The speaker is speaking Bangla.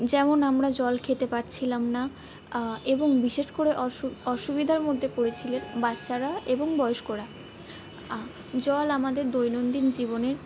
যেমন আমরা জল খেতে পারছিলাম না এবং বিশেষ করে অসুবিধার মধ্যে পড়েছিলেন বাচ্চারা এবং বয়স্করা জল আমাদের দৈনন্দিন জীবনের